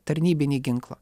tarnybinį ginklą